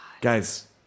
Guys